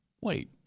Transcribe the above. Wait